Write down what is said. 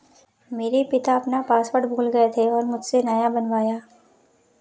मेरे पिता अपना पासवर्ड भूल गए थे और मुझसे नया बनवाया